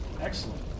excellent